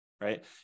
right